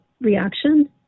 reaction